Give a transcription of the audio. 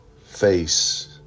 face